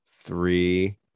three